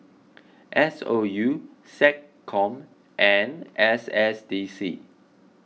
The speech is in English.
S O U SecCom and S S D C